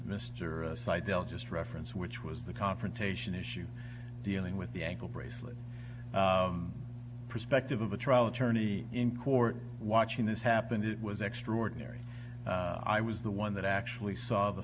sydell just reference which was the confrontation issue dealing with the ankle bracelet perspective of a trial attorney in court watching this happen it was extraordinary i was the one that actually saw the